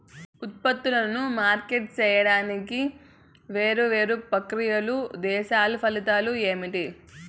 ఉత్పత్తులను మార్కెట్ సేయడానికి వేరువేరు ప్రక్రియలు దశలు ఫలితాలు ఏంటి?